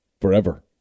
Forever